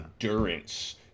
endurance